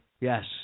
Yes